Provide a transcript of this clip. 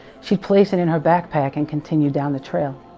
she placed it in her backpack and continued down the trail